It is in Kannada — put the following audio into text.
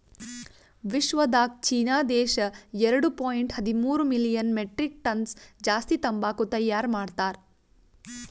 ವಿಶ್ವದಾಗ್ ಚೀನಾ ದೇಶ ಎರಡು ಪಾಯಿಂಟ್ ಹದಿಮೂರು ಮಿಲಿಯನ್ ಮೆಟ್ರಿಕ್ ಟನ್ಸ್ ಜಾಸ್ತಿ ತಂಬಾಕು ತೈಯಾರ್ ಮಾಡ್ತಾರ್